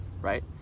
right